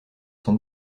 son